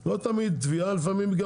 תביעה לפעמים היא גם